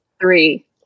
three